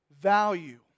value